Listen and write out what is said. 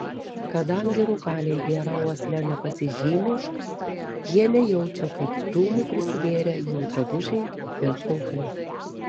kadangi rūkaliai gera uosle nepasižymi jie nejaučia kad dūmų prisigėrę jų drabužiai ir plaukai